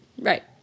right